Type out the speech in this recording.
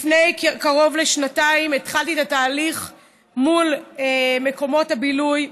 לפני קרוב לשנתיים התחלתי את התהליך מול מקומות הבילוי,